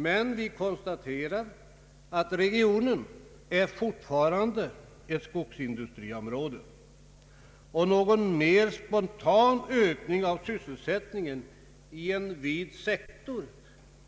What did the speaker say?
Men vi konstaterar att regionen fortfarande är ett skogsindustriområde, och någon mer spontan ökning av sysselsättningen i en vid sektor